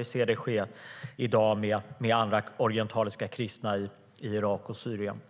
Vi ser det ske i dag med andra orientaliska kristna i Irak och Syrien.